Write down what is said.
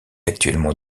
actuellement